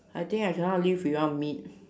I think I cannot live without meat